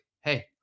Hey